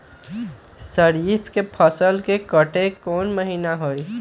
खरीफ के फसल के कटे के कोंन महिना हई?